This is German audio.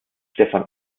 stephan